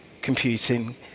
computing